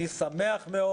אני שמח מאוד.